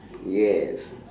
yes